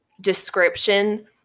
description